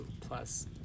plus